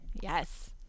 yes